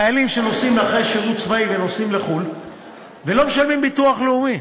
חיילים שנוסעים אחרי שירות צבאי לחו"ל ולא משלמים ביטוח לאומי,